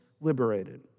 liberated